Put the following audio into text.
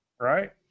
right